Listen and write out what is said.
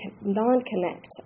non-connect